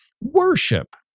worship